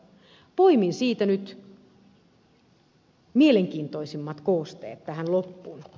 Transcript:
poimin siitä nyt mielenkiintoisimmat koosteet tähän loppuun